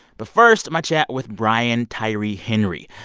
but first, my chat with brian tyree henry.